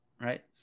right